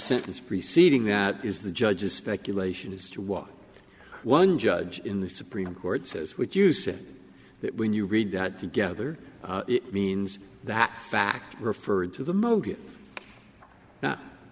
sentence preceding that is the judge's speculation as to what one judge in the supreme court says what you said that when you read that together it means that fact referred to the